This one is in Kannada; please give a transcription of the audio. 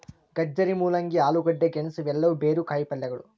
ಗಜ್ಜರಿ, ಮೂಲಂಗಿ, ಆಲೂಗಡ್ಡೆ, ಗೆಣಸು ಇವೆಲ್ಲವೂ ಬೇರು ಕಾಯಿಪಲ್ಯಗಳು